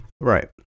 Right